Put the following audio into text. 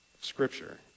Scripture